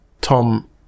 Tom